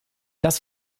das